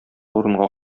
урынга